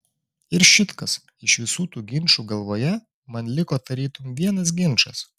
ir šit kas iš visų tų ginčų galvoje man liko tarytum vienas ginčas